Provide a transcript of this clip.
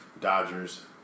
Dodgers